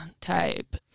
type